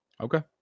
Okay